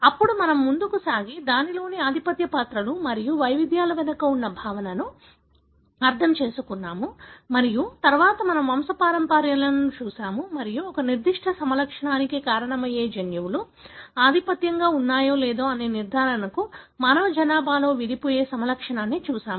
అప్పుడు మనము ముందుకు సాగి దానిలోని ఆధిపత్య పాత్రలు మరియు వైవిధ్యాల వెనుక ఉన్న భావనను అర్థం చేసుకున్నాము మరియు తరువాత మనము వంశపారంపర్యాల ను చూశాము మరియు ఒక నిర్దిష్ట సమలక్షణానికి కారణమయ్యే జన్యువులు ఆధిపత్యంగా ఉన్నాయో లేదో అనే నిర్ధారణకు మానవ జనాభాలో విడిపోయే సమలక్షణాన్ని చూశాము